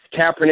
Kaepernick